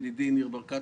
ידידי ניר ברקת,